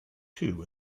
two